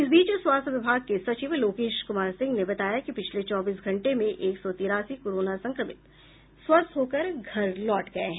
इस बीच स्वास्थ्य विभाग के सचिव लोकेश कुमार सिंह ने बताया कि पिछले चौबीस घंटे में एक सौ तिरासी कोरोना संक्रमित स्वस्थ होकर घर लौट गए हैं